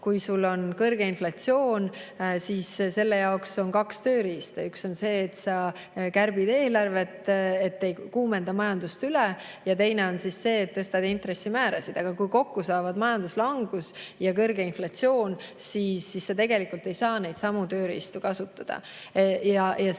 Kui sul on kõrge inflatsioon, siis selle jaoks on kaks tööriista: üks on see, et sa kärbid eelarvet, ei kuumenda majandust üle, ja teine on see, et sa tõstad intressimäärasid. Kui aga kokku saavad majanduslangus ja kõrge inflatsioon, siis ei saa neidsamu tööriistu kasutada. Seetõttu on